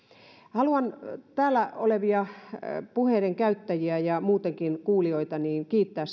haluan täällä olevia puheenvuorojen käyttäjiä ja muutenkin kuulijoita kiittää